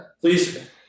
please